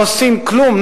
לא עושים כלום,